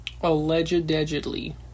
Allegedly